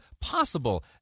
possible